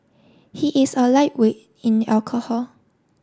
he is a lightweight in alcohol